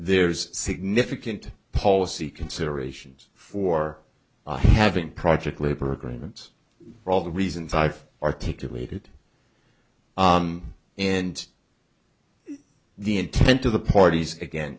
there's significant policy considerations for i have in project labor agreements for all the reasons i've articulated and the intent of the parties again